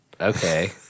Okay